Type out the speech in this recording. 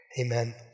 Amen